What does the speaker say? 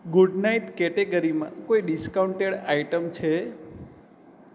good night કેટેગરીમાં કોઈ discounted item છે